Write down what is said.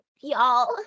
y'all